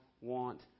want